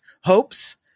hopes